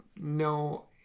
no